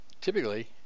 typically